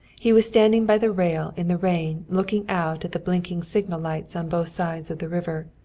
he was standing by the rail in the rain looking out at the blinking signal lights on both sides of the river.